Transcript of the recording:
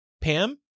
Pam